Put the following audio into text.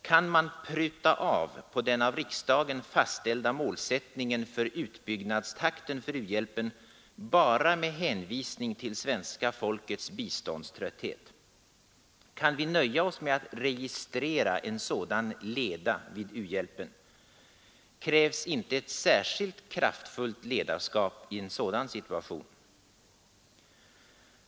Kan man pruta på den av riksdagen fastställda målsättningen för utbyggnadstakten för u-hjälpen bara med hänvisning till svenska folkets biståndströtthet? Kan vi nöja oss med att registrera en sådan leda vid u-hjälpen? Krävs inte ett särskilt kraftfullt ledarskap i en sådan situation?